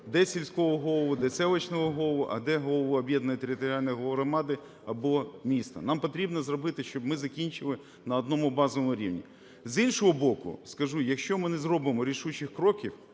де сільського голову, де селищного голову, а де голову об'єднаної територіальної громади або міста. Нам потрібно зробити, щоб ми закінчили на одному базовому рівні. З іншого боку, скажу, якщо ми не зробимо рішучих кроків,